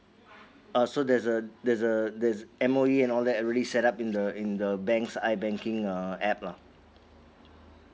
uh so that's the that's the that's M_O_E and all that already set up in the in the bank's I banking uh app lah